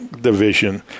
division